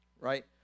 Right